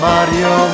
Mario